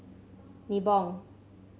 Nibong